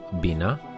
Bina